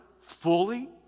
fully